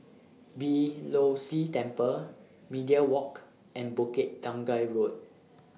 Beeh Low See Temple Media Walk and Bukit Tunggal Road